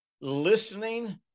listening